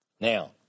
Now